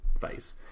face